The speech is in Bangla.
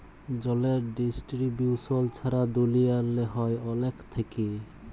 জলের ডিস্টিরিবিউশল ছারা দুলিয়াল্লে হ্যয় অলেক থ্যাইকে